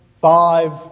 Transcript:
Five